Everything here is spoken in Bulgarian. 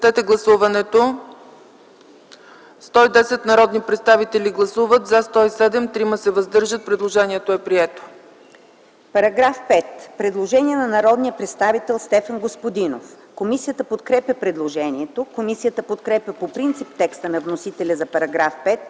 Постъпило е предложение на народния представител Стефан Господинов. Комисията подкрепя предложението. Комисията подкрепя по принцип текста на вносителя за § 6,